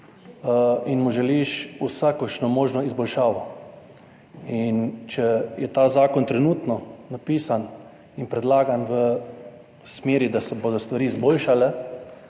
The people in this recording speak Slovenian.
in mu želiš vsakršno možno izboljšavo. In če je ta zakon trenutno napisan in predlagan v smeri, da se bodo stvari izboljšale,